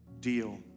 deal